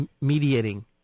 mediating